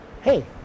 hey